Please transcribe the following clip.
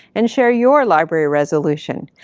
and share your library resolution.